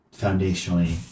foundationally